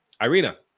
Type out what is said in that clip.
Irina